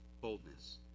boldness